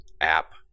app